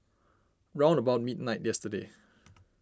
round about midnight yesterday